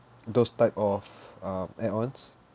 those type of uh add ons